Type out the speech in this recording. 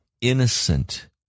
innocent